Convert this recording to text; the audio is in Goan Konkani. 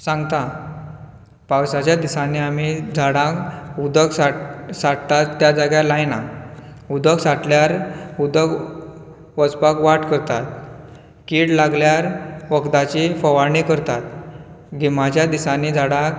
सांगता पावसाच्या दिसांनी आमी झाडांक उदक साट सांठठात त्या जाग्यार आमी लायना उदक सांठल्यार उदक वचपाक वाट करता कीड लागल्यार वखदाची फवारणी करतात गिमांच्या दिसांनी झाडाक